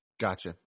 Gotcha